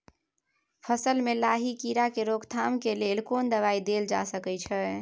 फसल में लाही कीरा के रोकथाम के लेल कोन दवाई देल जा सके छै?